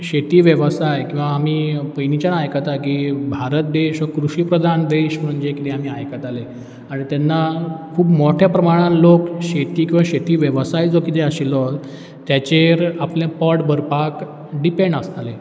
शेती वेवसाय किंवां आमी पयलींच्यान आयकता की भारत देश हो कृशी प्रधान देश म्हणून जें कितें आमी आयकताले आनी तेन्ना खूब मोठ्या प्रमाणांत लोक शेती किंवां शेती वेवसाय जो कितें आशिल्लो तेचेर आपलें पोट भरपाक डिपँड आसताले